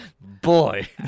boy